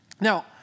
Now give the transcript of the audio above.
Now